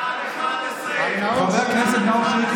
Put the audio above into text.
כאן 11. כאן 11. חבר הכנסת נאור שירי,